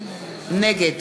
נגד